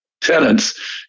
tenants